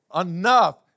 enough